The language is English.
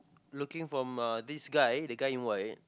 looking from uh this guy the guy in white